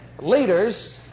leaders